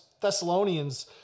Thessalonians